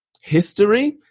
history